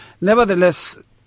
Nevertheless